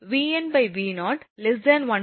எனவே VnV0 1